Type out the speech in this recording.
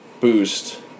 boost